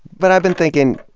but i've been thinking,